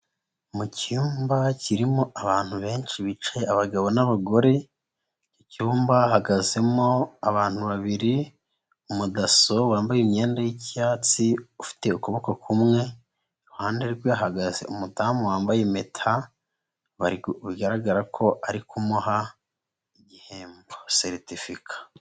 Mu cyumba kirimo abantu benshi bicaye abagabo n'abagore, iki cyumba hahagazemo abantu babiri, umudaso wambaye imyenda y'icyatsi, ufite ukuboko kumwe, iruhande rwe hahagaze umudamu wambaye impeta, bigaragara ko ari kumuha igihembo seritifika.